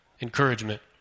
encouragement